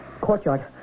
Courtyard